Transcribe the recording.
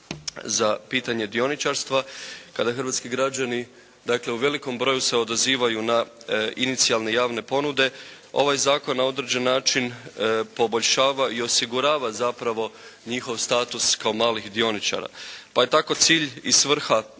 za pitanje dioničarstva, kada hrvatski građani dakle u velikom broju se odazivaju na inicijalne javne ponude, ovaj zakon na određen način poboljšava i osigurava zapravo njihov status kao malih dioničara. Pa je tako cilj i svrha